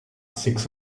six